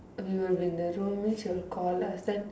we will be in the room then she will call us then